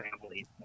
family